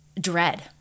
dread